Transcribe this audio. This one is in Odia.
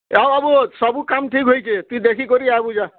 କାଁ ବାବୁ ସବୁ କାମ୍ ଠିକ୍ ହେଇଛେ ତୁଇ ଦେଖିକରି ଆଏବୁ ଯା